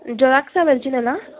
xerox ಒರ್ಜಿನಲ್ಲಾ